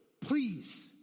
please